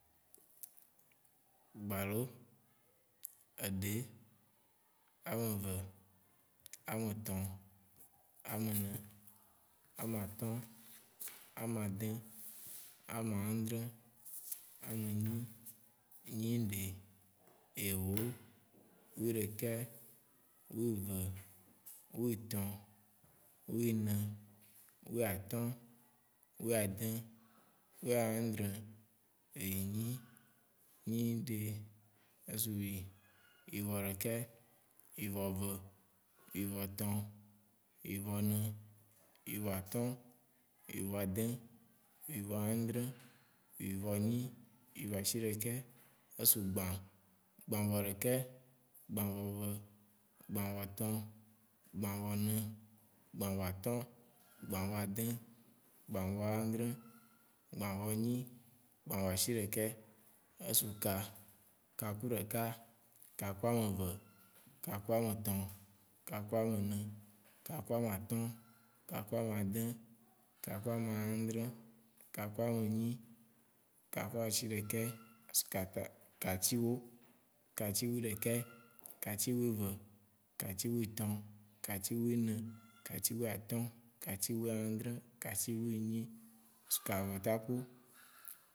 Gbalo, eɖe, ameve, ametɔ̃, amenɛ, amatɔ̃, amadĩ, amaādrɛ, amenyi, nyiɖe, ewó, weɖekɛ, weve. wetɔ̃. wenɛ, weatɔ̃, weadĩ, weãdre, enyi, nyiɖe, ezuwi. wivɔ̃ ɖekɛ, wivɔ̃ ve, wivɔ̃ tɔ̃, wivɔ̃ nɛ, wivɔ̃ atɔ̃, wivɔ̃ adĩ, wivɔ̃ aadre, wivɔ̃ nyi, wivɔ̃ ashiɖekɛ, esu gbã, gbãvɔ̃ ɖekɛ, gbãvɔ ve, bãvɔ̃ tɔ̃, bãvɔ̃ nɛ, bãvɔ̃ atɔ̃, gbãvɔ adĩ, gbãvɔ aadre, gbãvɔ̃ nyi, gbãvɔ̃ ashiɖekɛ, esu meka. ka ku ɖeka, ka ku ameve, ka ku ametɔ̃, ka ku amenè, ka ku amatɔ̃, ka ku amadĩ, ka ku amaadre, ka ku amenyi, ka ku ama ashiɖekɛ, katsi wó, katsi weɖekɛ, katsi weve, katsi wetɔ̃, katsi wenɛ, katsi weatɔ̃, katsi wiaadre, katsi wenyi, kavetakpu